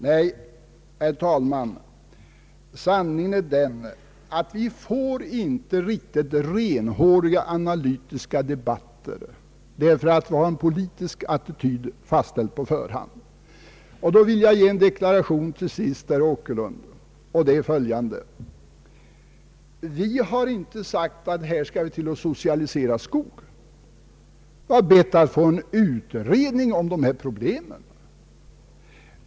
Nej, herr talman, sanningen är den att vi inte får riktigt renhåriga analytiska debatter, därför att en politisk attityd är fastställd på förhand. Och då vill jag till sist, herr Åkerlund, ge följande deklaration. Vi har inte sagt att man här skall socialisera skog. Vi har bett att få en utredning om dessa problem.